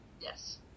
Yes